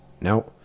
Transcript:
No